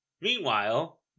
Meanwhile